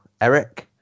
Eric